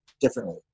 differently